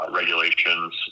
regulations